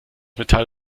metall